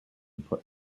put